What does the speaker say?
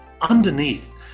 underneath